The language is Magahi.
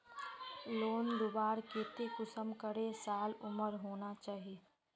लोन लुबार केते कुंसम करे साल उमर होना चही?